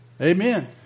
Amen